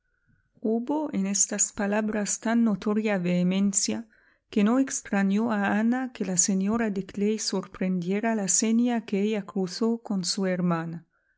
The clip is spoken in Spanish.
hubo en estas palabras tan notoria vehemencia que no extrañó a ana que la señora de clay sorprendiera la seña que ella cruzó con su hermana